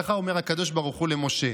ככה אומר הקדוש ברוך הוא למשה.